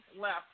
left